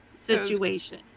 situation